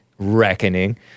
reckoning